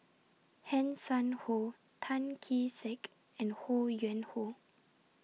Hanson Ho Tan Kee Sek and Ho Yuen Hoe